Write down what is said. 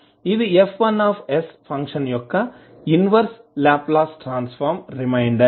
ఇది F1s function యొక్క inverse Laplace transform reminder